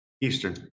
Eastern